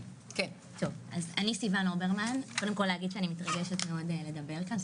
אני מתרגשת מאוד לדבר כאן.